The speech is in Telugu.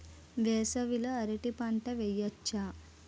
వేసవి లో అరటి పంట వెయ్యొచ్చా?